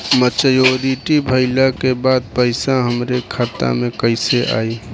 Maturity भईला के बाद पईसा हमरे खाता में कइसे आई?